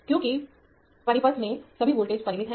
क्योंकि परिपथ में सभी वोल्टेज परिमित हैं